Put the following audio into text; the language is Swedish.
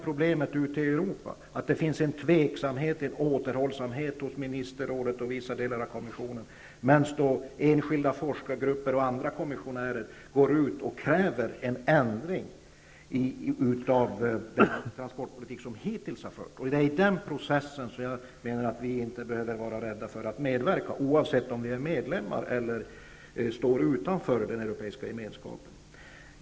Problemet ute i Europa är att det finns en tveksamhet och en återhållsamhet hos ministerrådet och hos vissa delar av kommissionen, medan enskilda forskargrupper och andra kommissionärer går ut och kräver en ändring av den transportpolitik som hittills har förts. Det är i den processen som vi inte behöver vara rädda för att medverka, oavsett om vi är medlemmar av eller står utanför den europeiska gemenskapen.